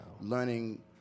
learning